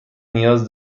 نیاز